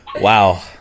Wow